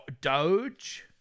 Doge